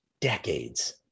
decades